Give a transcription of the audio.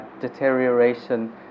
deterioration